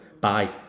Bye